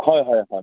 হয় হয় হয়